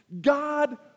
God